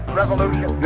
revolution